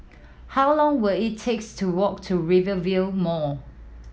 how long will it takes to walk to Rivervale Mall